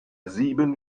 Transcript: sieben